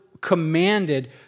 commanded